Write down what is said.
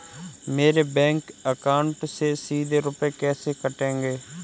मेरे bank account से सीधे रुपए कैसे कटेंगे?